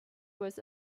was